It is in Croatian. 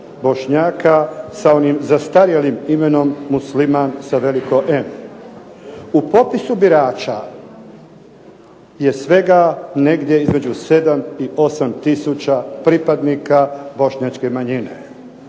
Bošnjaka sa onim zastarjelim imenom Musliman. U popisu birača je svega negdje između 7 i 8 tisuća pripadnika bošnjačke manjine.